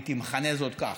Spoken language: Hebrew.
הייתי מכנה זאת כך,